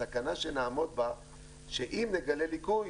הסכנה שנעמוד בה היא שאם יתגלה ליקוי,